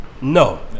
No